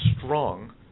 strong